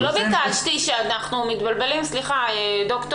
לא ביקשתי שתוסיף מסכה למי שנמצא